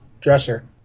dresser